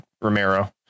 Romero